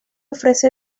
ofrece